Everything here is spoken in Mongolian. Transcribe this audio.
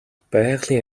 байгалийн